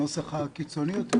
הנוסח הקיצוני יותר,